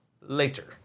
later